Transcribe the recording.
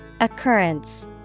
Occurrence